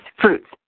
fruits